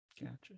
Gotcha